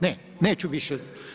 Ne, neću više.